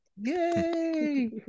Yay